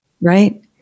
Right